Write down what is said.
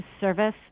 service